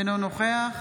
אינו נוכח